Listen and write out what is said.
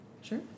sure